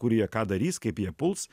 kur jie ką darys kaip jie puls